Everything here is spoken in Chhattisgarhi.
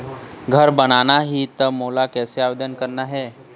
घर बनाना ही त मोला कैसे आवेदन करना हे?